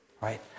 right